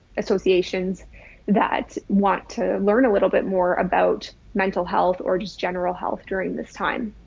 associations that want to learn a little bit more about mental health or just general health during this time.